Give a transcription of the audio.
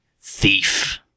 Thief